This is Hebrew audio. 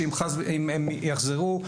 שאם יחזרו,